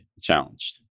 challenged